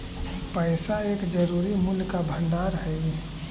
पैसा एक जरूरी मूल्य का भंडार हई